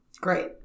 Great